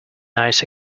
icy